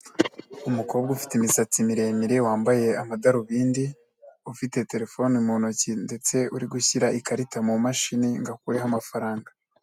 Umukobwa ufite imisatsi miremire wambaye amadarubindi ufite terefone mu ntoki ndetse uri gushyira ikarita mu mashini ngo akureho amafaranga.